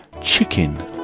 Chicken